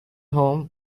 home